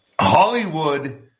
Hollywood